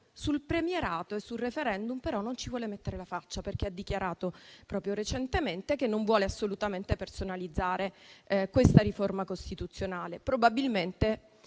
sul premierato e sul *referendum* però non ci vuole mettere la faccia, perché ha dichiarato proprio recentemente che non vuole assolutamente personalizzare questa riforma costituzionale. E lo fa probabilmente